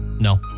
No